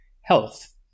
health